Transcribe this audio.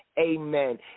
amen